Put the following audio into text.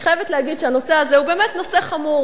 אני חייבת להגיד שהנושא הזה הוא באמת נושא חמור.